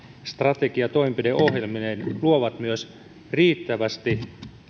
strategia toimenpideohjelmineen luovat myös riittävästi